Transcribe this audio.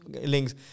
links